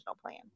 plan